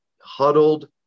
huddled